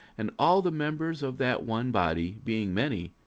and all the members of that one body, being many,